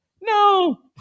No